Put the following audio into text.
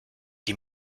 die